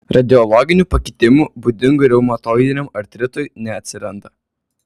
radiologinių pakitimų būdingų reumatoidiniam artritui neatsiranda